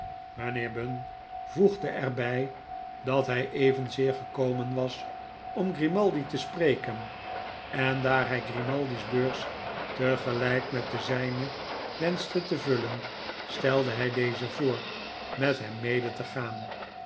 mijnheer bunn voegde er bij dat hij evenzeer gekomen was om grimaldi te spreken en daar hij grimaldi's beurs tegelijk met de zijne wenschte te vullen stelde hij dezen voor met hem mede te gaan